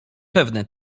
pewny